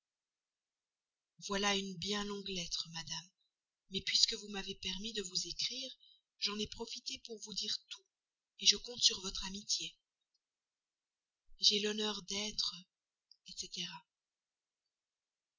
voilà une bien longue lettre madame mais puisque vous m'avez permis de vous écrire j'en ai profité pour vous dire tout je compte sur votre amitié j'ai l'honneur d'être etc